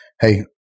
Hey